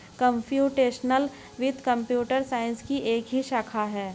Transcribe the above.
computational वित्त computer science की ही एक शाखा है